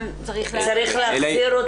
צריך ---- צריך להחזיר אותו לפה.